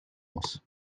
muss